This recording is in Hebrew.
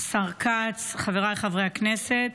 השר כץ, חבריי חברי הכנסת,